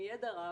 עם ידע רב,